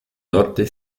norte